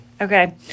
Okay